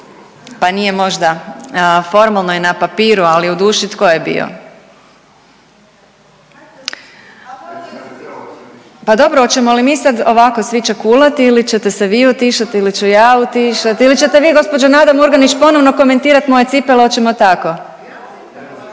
Pa nije možda, formalno je na papiru, ali u duši tko je bio? …/Upadica iz klupe se ne razumije/… Pa dobro, oćemo li mi sad ovako svi ćakulati ili ćete se vi utišati ili ću ja utišat ili ćete vi gđo. Nada Murganić ponovno komentirat moje cipele, oćemo tako?